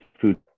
food